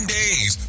days